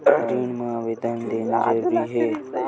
ऋण मा आवेदन देना जरूरी हे?